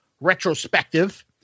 Retrospective